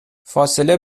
فاصله